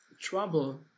trouble